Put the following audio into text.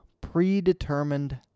predetermined